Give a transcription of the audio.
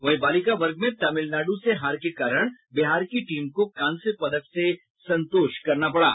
वहीं बालिका वर्ग में तमिलनाडु से हार के कारण बिहार की टीम को कांस्य पदक से संतोष करना पड़ा